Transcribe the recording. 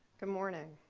good morning.